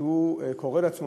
מוסד שקורא לעצמו,